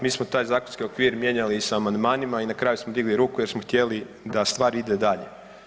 Mi smo taj zakonski okvir mijenjali sa amandmanima i na kraju smo digli ruku jer smo htjeli da stvar ide dalje.